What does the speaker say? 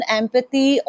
empathy